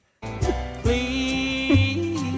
Please